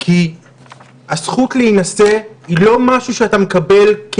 כי הזכות להינשא היא לא משהו שאנחנו מקבלים כי